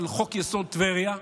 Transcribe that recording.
על חוק-יסוד: טבריה,